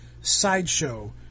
sideshow